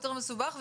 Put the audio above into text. יותר מסובך,